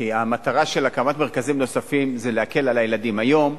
כי המטרה של הקמת מרכזים נוספים זה להקל היום.